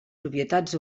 propietats